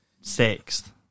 sixth